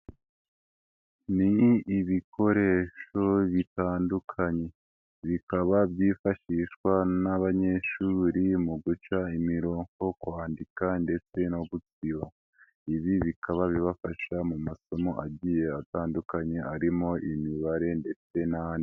Ni ibikoresho bitandukanye bikaba byifashishwa n'abanyeshuri mu guca imirongo, kwandika ndetse no gusiba, ibi bikaba bibafasha mu masomo agiye atandukanye harimo imibare ndetse n'andi.